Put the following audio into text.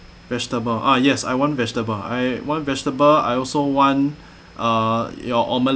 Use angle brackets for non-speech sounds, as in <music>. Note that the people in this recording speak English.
vegetable ah yes I want vegetable I want vegetable I also want <breath> uh your omelette